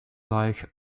like